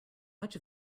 much